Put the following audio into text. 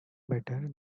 better